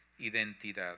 identidad